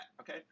okay